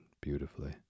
beautifully